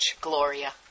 Gloria